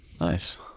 Nice